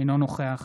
אינו נוכח